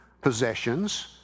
possessions